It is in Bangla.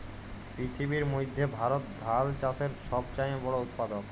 পিথিবীর মইধ্যে ভারত ধাল চাষের ছব চাঁয়ে বড় উৎপাদক